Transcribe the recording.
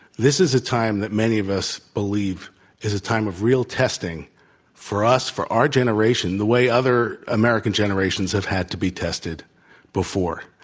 this is a time that many of us believe is a time of real testing for us, for our generation, the way other american generations have had to be tested before.